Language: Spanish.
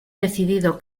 decidido